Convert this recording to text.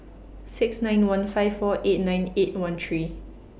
six nine one five four eight nine eight one three